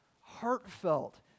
heartfelt